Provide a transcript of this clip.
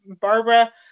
Barbara